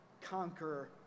conquer